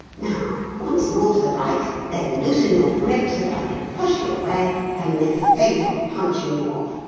now, once more to the right, then loosen your grip so that i can push you away and make a feint of punching you off.